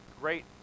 great